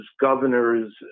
governors